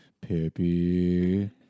Pippi